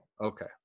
Okay